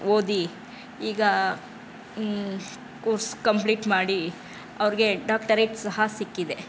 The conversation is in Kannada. ಓದಿ ಈಗ ಕೋರ್ಸ್ ಕಂಪ್ಲೀಟ್ ಮಾಡಿ ಅವರಿಗೆ ಡಾಕ್ಟರೇಟ್ ಸಹ ಸಿಕ್ಕಿದೆ